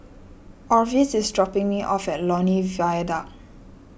Orvis is dropping me off at Lornie Viaduct